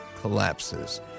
collapses